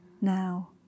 Now